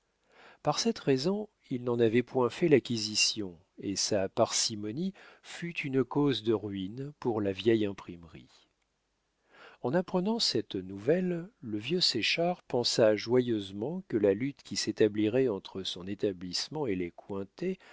par cette raison il n'en avait point fait l'acquisition et sa parcimonie fut une cause de ruine pour la vieille imprimerie en apprenant cette nouvelle le vieux séchard pensa joyeusement que la lutte qui s'établirait entre son établissement et les cointet